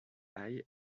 hay